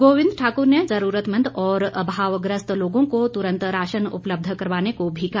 गोविंद ठाकुर ने जरूरतमंद और अभवग्रस्त लोगों को तुरंत राशन उपलब्ध करवाने को भी कहा